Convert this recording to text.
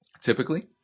typically